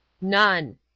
None